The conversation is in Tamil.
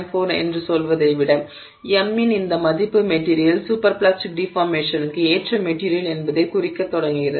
4 என்று சொல்வதை விட m இன் இந்த மதிப்பு மெட்டிரியல் சூப்பர் பிளாஸ்டிக் டிஃபார்மேஷன்க்கு ஏற்ற மெட்டிரியல் என்பதைக் குறிக்கத் தொடங்குகிறது